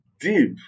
deep